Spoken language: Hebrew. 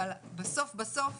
אבל בסוף בסוף